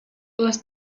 les